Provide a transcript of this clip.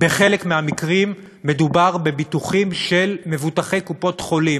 בחלק מהמקרים מדובר בביטוחים של מבוטחי קופות-החולים.